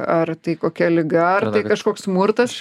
ar tai kokia liga ar tai kažkoks smurtas